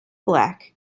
black